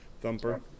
Thumper